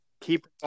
Keep